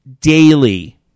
daily